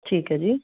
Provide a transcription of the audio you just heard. ਠੀਕ ਹੈ ਜੀ